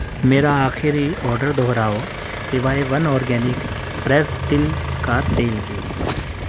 میرا آخری آڈر دہراؤ سوائے ون اورگینک پریسڈ تل کا تیل کے